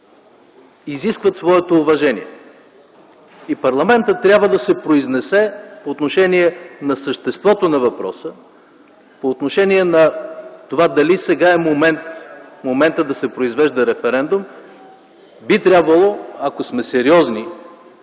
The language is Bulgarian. изискват своето уважение и парламентът трябва да се произнесе по отношение съществото на въпроса, по отношение на това дали сега е моментът да се произвежда референдум? Би трябвало, ако сме сериозни